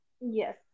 Yes